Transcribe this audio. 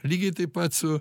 lygiai taip pat su